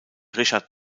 richard